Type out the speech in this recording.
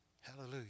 Hallelujah